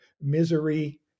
misery